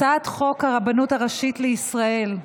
הצעת חוק הרבנות הראשי לישראל (תיקון,